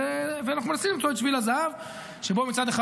אנחנו מנסים למצוא את שביל הזהב שבו מצד אחד